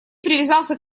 привязался